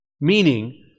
Meaning